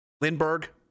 Lindbergh